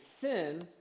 sin